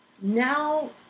now